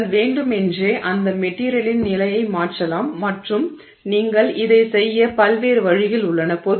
நீங்கள் வேண்டுமென்றே அந்த மெட்டிரியலின் நிலையை மாற்றலாம் மற்றும் நீங்கள் இதை செய்ய பல்வேறு வழிகள் உள்ளன